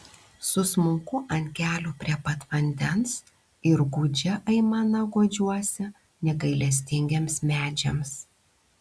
susmunku ant kelių prie pat vandens ir gūdžia aimana guodžiuosi negailestingiems medžiams